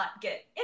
get